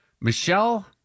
Michelle